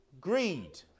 greed